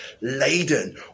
laden